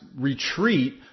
retreat